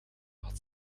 had